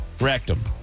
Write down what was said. Rectum